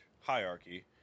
hierarchy